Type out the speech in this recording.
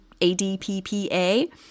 ADPPA